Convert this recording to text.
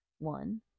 One